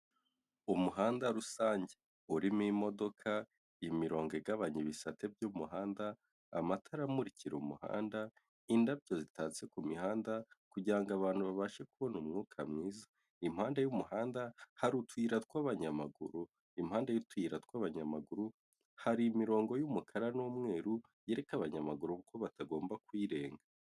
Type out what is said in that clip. Umuhanda rusange urimo imodoka, imirongo igabanya ibisate by'umuhanda, amatara amurikira umuhanda, indabyo zitatse ku mihanda kugirango abantu babashe kubona umwuka mwiza impande y'umuhanda hari utuyira t twabanyamaguru imi impande y'utuyira tw'abanyamaguru hari imirongo yumukara n'umweru yereka abanyamaguru kuko batagomba kuyirenga.